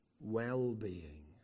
well-being